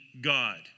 God